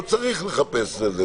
לא צריך לחפש את זה.